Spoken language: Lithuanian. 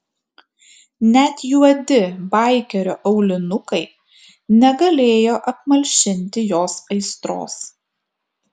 net juodi baikerio aulinukai negalėjo apmalšinti jos aistros